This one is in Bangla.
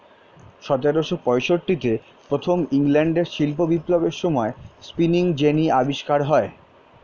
সতেরোশো পঁয়ষট্টিতে প্রথম ইংল্যান্ডের শিল্প বিপ্লবের সময়ে স্পিনিং জেনি আবিষ্কার হয়